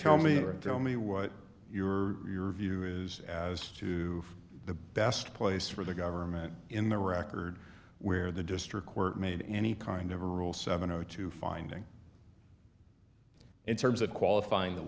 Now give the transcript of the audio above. tell me or tell me what your view is as to the best place for the government in the record where the district court made any kind of rule seventy to finding in terms of qualifying the